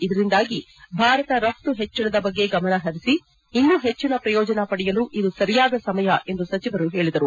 ಇದರಿಂದಾಗಿ ಭಾರತ ರಫ್ತು ಹೆಚ್ಚಳದ ಬಗ್ಗೆ ಗಮನಹರಿಸಿ ಇನ್ನೂ ಹೆಚ್ಚಿನ ಪ್ರಯೋಜನ ಪಡೆಯಲು ಇದು ಸರಿಯಾದ ಸಮಯ ಎಂದು ಸಚಿವರು ಹೇಳಿದರು